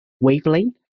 wavelength